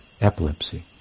epilepsy